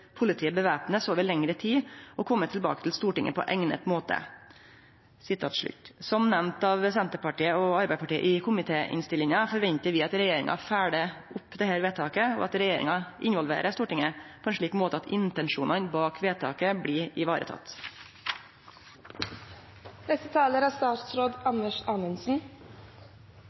politiet bevæpnes over lengre tid, og komme tilbake til Stortinget på egnet måte.» Som nemnt av Senterpartiet og Arbeidarpartiet i komitéinnstillinga forventar vi at regjeringa følgjer opp dette vedtaket, og at regjeringa involverer Stortinget på ein slik måte at intensjonane bak vedtaket blir varetekne. La meg først takke komiteen og saksordføreren for et godt stykke arbeid. Det er